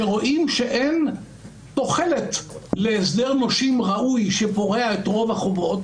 שרואים שאין תוחלת להסדר נושים ראוי שפורע את רוב החובות